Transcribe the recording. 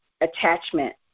attachment